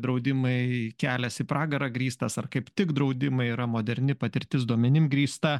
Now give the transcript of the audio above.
draudimai kelias į pragarą grįstas ar kaip tik draudimai yra moderni patirtis duomenim grįsta